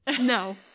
No